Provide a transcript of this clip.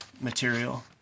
material